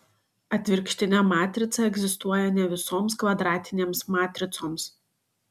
atvirkštinė matrica egzistuoja ne visoms kvadratinėms matricoms